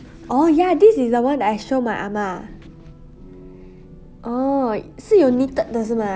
oh ya this is the [one] I show my 阿嫲 orh 是有 knitted 的是吗